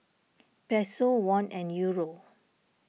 Peso Won and Euro